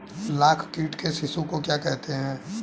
लाख कीट के शिशु को क्या कहते हैं?